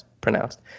pronounced